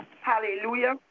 Hallelujah